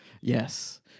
Yes